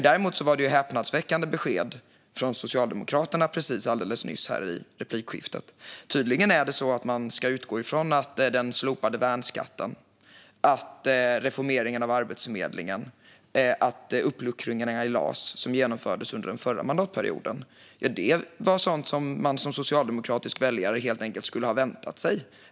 Däremot kom det häpnadsväckande besked från Socialdemokraterna i replikskiftet alldeles nyss. Tydligen ska man utgå från att den slopade värnskatten, reformeringen av Arbetsförmedlingen och uppluckringarna i LAS som genomfördes under den förra mandatperioden var sådant som man som socialdemokratisk väljare helt enkelt skulle ha väntat sig.